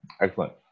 Excellent